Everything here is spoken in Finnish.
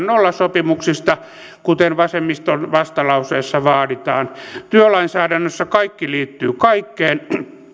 nollasopimuksista kuten vasemmiston vastalauseessa vaaditaan työlainsäädännössä kaikki liittyy kaikkeen